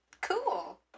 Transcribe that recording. cool